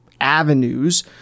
avenues